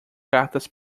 cartas